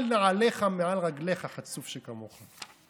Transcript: של נעליך מעל רגליך, חצוף שכמוך.